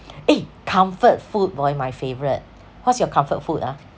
eh comfort food boy my favourite what's your comfort food ah